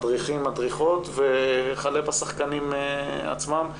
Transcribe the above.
מדריכים/מדריכות וכלה בשחקנים עצמם,